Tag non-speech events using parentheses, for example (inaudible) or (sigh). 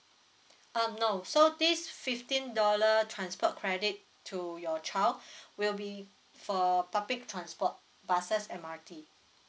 um no so this fifteen dollar transport credit to your child (breath) will be for public transport buses M_R_T